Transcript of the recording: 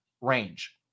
range